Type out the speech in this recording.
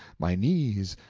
my knees,